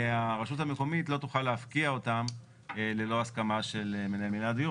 הרשות המקומית לא תוכל להפקיע אותם ללא הסכמה של מנהל מינהל הדיור,